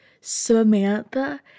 samantha